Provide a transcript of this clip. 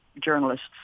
journalists